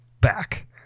back